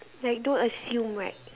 like don't assume right